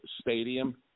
stadium